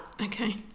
Okay